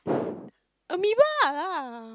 amoeba lah